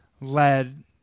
led